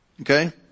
Okay